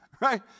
right